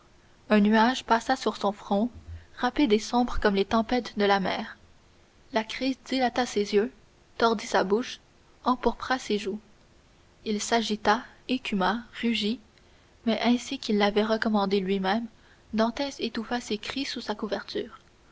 un nuage passa sur son front rapide et sombre comme les tempêtes de la mer la crise dilata ses yeux tordit sa bouche empourpra ses joues il s'agita écuma rugit mais ainsi qu'il l'avait recommandé lui-même dantès étouffa ses cris sous sa couverture